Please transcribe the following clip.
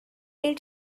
did